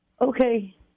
Okay